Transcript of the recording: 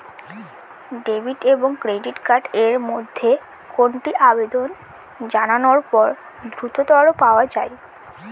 Debit এবং credit card এর মধ্যে কোনটি আবেদন জানানোর পর দ্রুততর পাওয়া য়ায়?